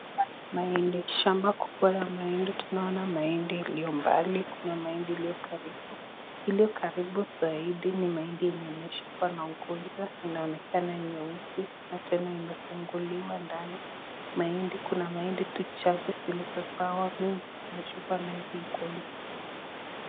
Shamba kubwa ya mahindi ,tunaona mahindi iliyo mbali, kuna mahindi karibu, iliyo karibu zaidi ni mahindi iliyoshikwa na ugonjwa inaonekana nyeusi na tena imefunguliwa ndani, kuna mahindi chache zilizo sawa , mingi zimeshikwa na hili ugonjwa.